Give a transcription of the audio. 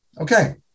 Okay